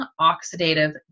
oxidative